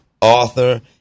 author